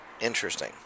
Interesting